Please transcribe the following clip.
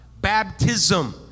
baptism